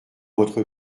votre